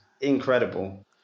incredible